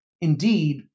indeed